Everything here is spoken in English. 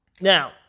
Now